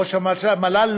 ראש המל"ל,